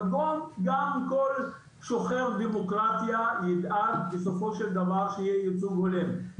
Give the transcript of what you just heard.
אבל גם כל שוחר דמוקרטיה ידאג בסופו של דבר שיהיה ייצוג הולם.